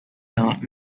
not